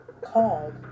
called